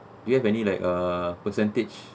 do you have any like uh percentage